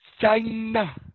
China